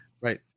Right